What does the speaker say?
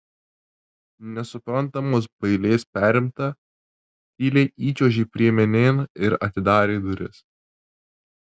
nesuprantamos bailės perimta tyliai įčiuožė priemenėn ir atidarė duris